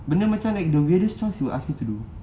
benda macam like the weirdest stuff he will ask me to do